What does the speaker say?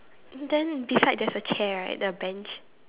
then beside there's a chair right the bench